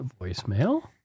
voicemail